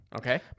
Okay